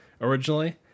originally